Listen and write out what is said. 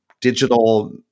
digital